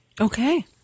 Okay